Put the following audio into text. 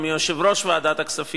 ויושב כאן השר עוזי